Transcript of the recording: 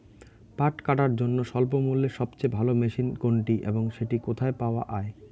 পাট কাটার জন্য স্বল্পমূল্যে সবচেয়ে ভালো মেশিন কোনটি এবং সেটি কোথায় পাওয়া য়ায়?